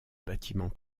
bâtiment